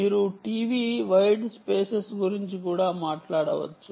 మీరు TV wide spaces గురించి కూడా మాట్లాడవచ్చు